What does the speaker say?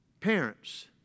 Parents